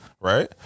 right